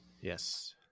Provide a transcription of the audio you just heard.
Yes